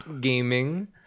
gaming